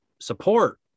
support